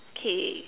okay